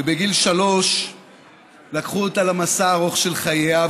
בגיל שלוש לקחו אותה למסע הארוך של חייה.